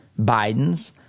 Bidens